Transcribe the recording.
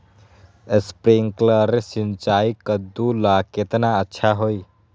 Sprinkler सिंचाई कददु ला केतना अच्छा होई?